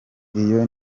iyo